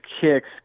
kicks